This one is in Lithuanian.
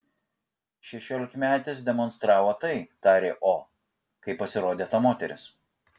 šešiolikmetis demonstravo tai tarė o kai pasirodė ta moteris